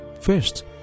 first